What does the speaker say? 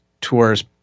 tours